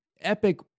Epic